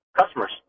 customers